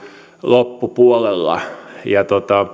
loppupuolella